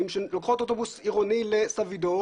בגלל כל האלימות שתוארה פה קודם נשים חוששות להגיע לתחנה,